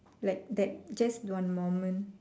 like that just one moment